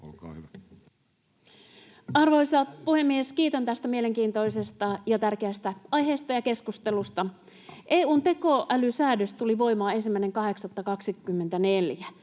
olkaa hyvä. Arvoisa puhemies! Kiitän tästä mielenkiintoisesta ja tärkeästä aiheesta ja keskustelusta. EU:n tekoälysäädös tuli voimaan 1.8.2024.